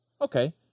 Okay